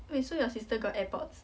wait so your sister got airpods